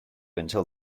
until